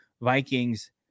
Vikings